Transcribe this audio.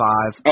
Five